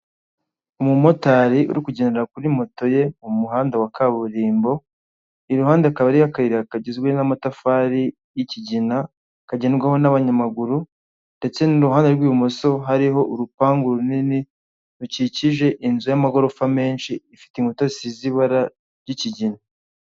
Umumotari urikugendera kuri moto ye mu muhanda wa kaburimbo. Iruhande hakaba hari akayira kagizwe n'amatafari y'ikigina kagendwaho n'abanyamaguru ndetse n'iruhande rw'ibumoso hariho urupangu runini rukikije inzu y'amagorofa menshi ifite inkuta zisize ibara ry'ikigina.